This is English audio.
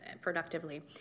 productively